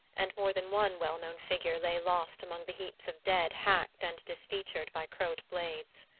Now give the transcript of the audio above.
and more than one well-known figure lay lost among the heaps of dead hacked and disfeatured by croat blades.